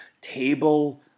table